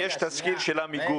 יש תסקיר של עמיגור.